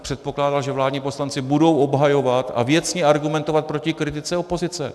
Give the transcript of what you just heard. Předpokládal jsem, že vládní poslanci budou obhajovat a věcně argumentovat proti kritice opozice.